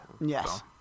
yes